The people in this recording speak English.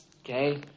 Okay